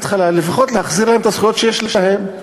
לפחות להחזיר להם את הזכויות שיש להם,